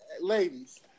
Ladies